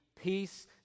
peace